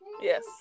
Yes